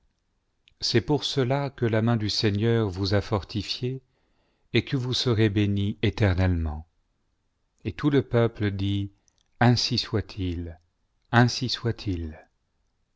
c'est j our cela que u main du seigneur vous a fortifiée et que vous serez bénie éternellement et tout le peuple dit ainsi soit-il ainsi soit-il